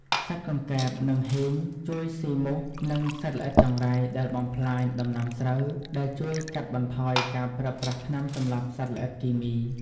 សត្វកង្កែប និងហ៊ីង ជួយស៊ីមូស និងសត្វល្អិតចង្រៃដែលបំផ្លាញដំណាំស្រូវ ដែលជួយកាត់បន្ថយការប្រើប្រាស់ថ្នាំសម្លាប់សត្វល្អិតគីមី។